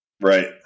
Right